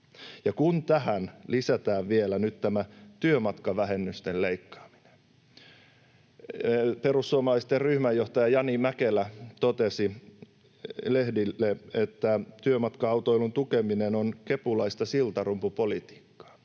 ja tähän lisätään vielä tämä työmatkavähennysten leikkaaminen. Perussuomalaisten ryhmänjohtaja Jani Mäkelä totesi lehdille, että työmatka-autoilun tukeminen on kepulaista siltarumpupolitiikkaa.